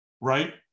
right